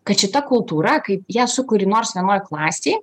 kad šita kultūra kaip ją sukūri nors vienoj klasėj